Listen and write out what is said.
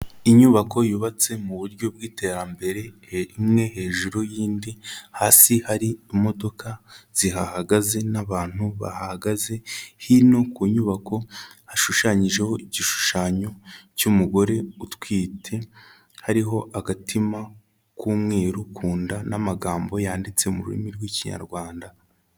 Inyubako yubatse mu buryo bw'iterambere, imwe hejuru y'indi, hasi hari imodoka zihahagaze n'abantu bahahagaze, hino ku nyubako hashushanyijeho igishushanyo cy'umugore utwite, hariho agatima k'umweru ku nda n'amagambo yanditse mu rurimi rw'Ikinyarwanda.